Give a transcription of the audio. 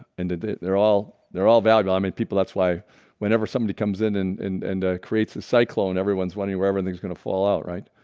and they're all they're all valuable. i mean people that's why whenever somebody comes in and and creates a cyclone everyone's wondering where everything's going to fall out, right?